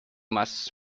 must